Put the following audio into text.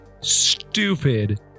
stupid